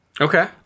okay